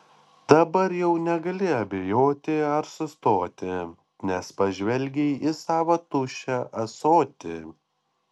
dabar jau negali abejoti ar sustoti nes pažvelgei į savo tuščią ąsotį